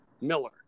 Miller